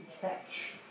catch